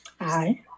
Aye